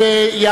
6)